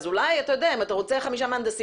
אז אולי אם אתה רוצה חמישה מהנדסים